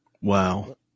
Wow